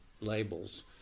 labels